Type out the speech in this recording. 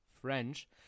French